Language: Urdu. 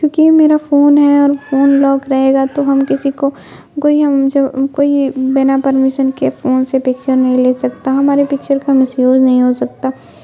کیونکہ یہ میرا فون ہے اور فون لاک رہے گا تو ہم کسی کو کوئی ہم جو کوئی بنا پرمیشن کے فون سے پکچر نہیں لے سکتا ہمارے پکچر کا مسیوز نہیں ہو سکتا